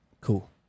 Cool